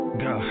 go